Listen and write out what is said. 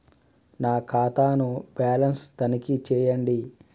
నా ఖాతా ను బ్యాలన్స్ తనిఖీ చేయండి?